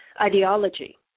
ideology